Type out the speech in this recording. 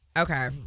Okay